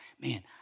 man